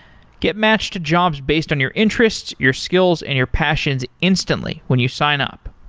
get matched to jobs based on your interests, your skills and your passions instantly when you sign up.